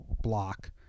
block